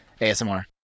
ASMR